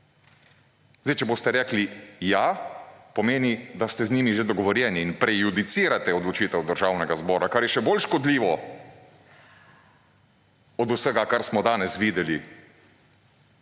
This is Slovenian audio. Zdaj, če boste rekli ja, pomeni, da ste z njimi že dogovorjeni in prejudicirate odločitev Državnega zbora, kar je še bolj škodljivo od vsega kar smo danes videli.